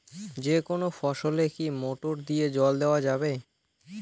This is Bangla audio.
যেকোনো ফসলে কি মোটর দিয়া জল দেওয়া যাবে?